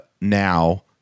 now